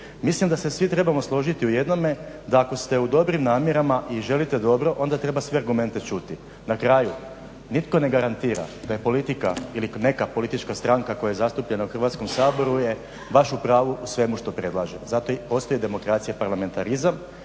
Mislim da se svi trebamo složiti u jednome da ako ste u dobrim namjerama i želite dobro onda treba sve argumente čuti. Na kraju nitko ne garantira da je politika ili neka politička stranka koja je zastupljena u Hrvatskom saboru je baš u pravu u svemu što predlaže. Zato i postoji demokracija, parlamentarizam.